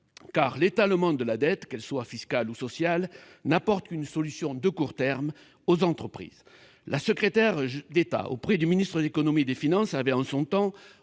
car l'étalement de la dette, qu'elle soit fiscale ou sociale, n'apporte aux entreprises qu'une solution de court terme. Mme la secrétaire d'État auprès du ministre de l'économie et des finances avait, en son temps,